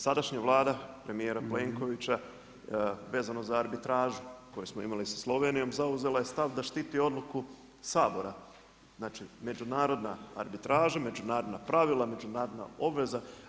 Sadašnja Vlada premijera Plenkovića vezano za arbitražu koju smo imali sa Slovenijom zauzela je stav da štiti odluku Sabora, znači međunarodna arbitraža, međunarodna pravila, međunarodna obveza.